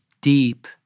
deep